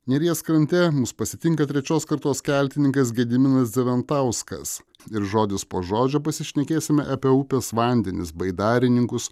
neries krante mus pasitinka trečios kartos keltininkas gediminas zeventauskas ir žodis po žodžio pasišnekėsime apie upės vandenis baidarininkus